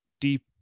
deep